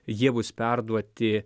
jie bus perduoti